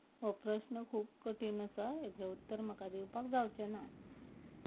हो प्रश्न खूब कठीण आसा हाजें उत्तर म्हाका दिवपाक जावचें ना